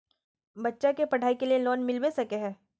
बच्चा के पढाई के लिए लोन मिलबे सके है?